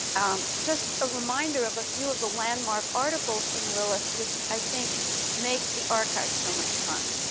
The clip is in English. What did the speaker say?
um, just a reminder of a few of the landmark articles in lilith, which i think make the archive so much fun.